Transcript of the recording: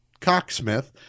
cocksmith